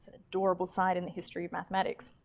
adorable side in the history of mathematics.